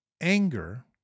Anger